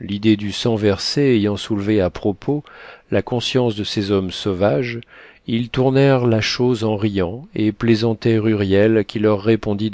l'idée du sang versé ayant soulevé à propos la conscience de ces hommes sauvages ils tournèrent la chose en riant et plaisantèrent huriel qui leur répondit